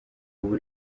ubu